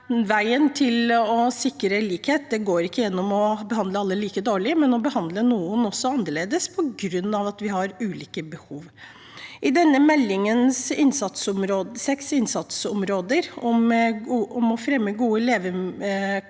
Veien til å sikre likhet går ikke gjennom å behandle alle like dårlig, men gjennom å be handle noen annerledes på grunn av at vi har ulike behov. Denne meldingen har seks innsatsområder: fremme gode levekår